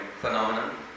phenomenon